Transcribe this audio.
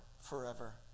forever